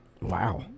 Wow